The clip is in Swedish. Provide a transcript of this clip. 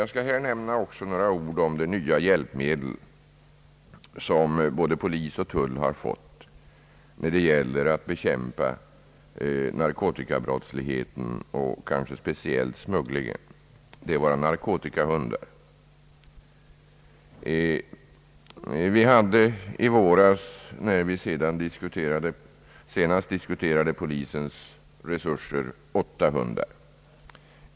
Jag skall också nämna några ord om det nya hjälpmedel som både polis och tull har fått när det gäller att bekämpa narkotikabrottsligheten och kanske då speciellt smugglingen. Det är våra narkotikahundar. Vi hade i våras, när vi senast diskuterade polisens resurser, åtta hundar.